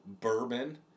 bourbon